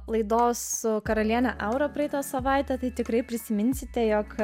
laidos su karaliene aura praeitą savaitę tai tikrai prisiminsite jog